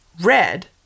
Red